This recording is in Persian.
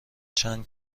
چند